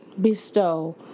bestow